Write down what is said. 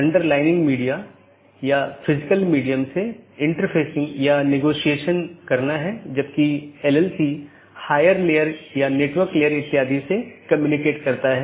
update message का उपयोग व्यवहार्य राउटरों को विज्ञापित करने या अव्यवहार्य राउटरों को वापस लेने के लिए किया जाता है